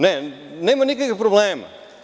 Ne, nema nikakvih problema.